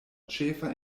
ĉefa